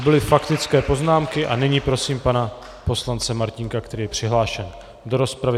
To byly faktické poznámky a nyní prosím pana poslance Martínka, který je přihlášen do rozpravy.